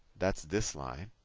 that's this line.